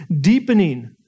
deepening